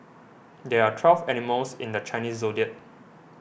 there are twelve animals in the Chinese zodiac